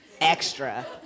extra